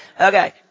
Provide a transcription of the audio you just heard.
Okay